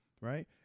Right